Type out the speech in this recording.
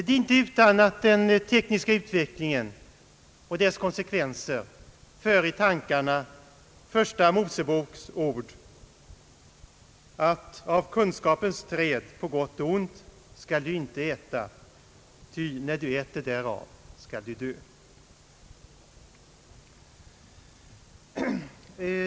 Det är inte utan att den tekniska utvecklingen och dess konsekvenser för i tankarna första Moseboks ord, att av kunskapens träd på gott och ont skall du inte äta, ty när du äter därav skall du döden dö.